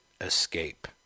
escape